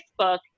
Facebook